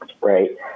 right